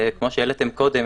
כמו שהעליתם קודם,